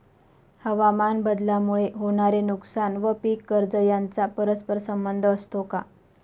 हवामानबदलामुळे होणारे नुकसान व पीक कर्ज यांचा परस्पर संबंध असतो का?